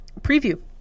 preview